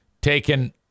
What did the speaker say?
taken